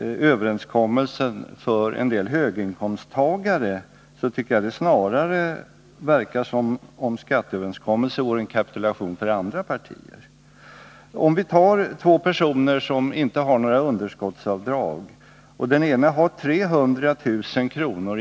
överenskommelsen för en del höginkomsttagare tycker jag att det snarare verkar som om skatteöverenskommelsen vore en kapitulation för andra partier. Låt oss ta två personer som inte har några underskottsavdrag. Om en person har 300 000 kr.